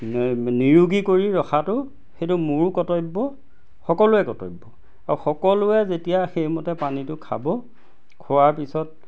নিৰোগী কৰি ৰখাটো সেইটো মোৰো কৰ্তব্য সকলোৰে কৰ্তব্য আৰু সকলোৱে যেতিয়া সেইমতে পানীটো খাব খোৱাৰ পিছত